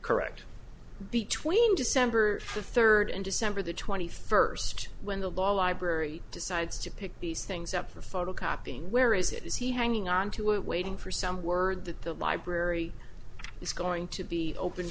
correct between december the third and december the twenty first when the law library decides to pick these things up for photocopying where is it is he hanging on to it waiting for some word that the library is going to be open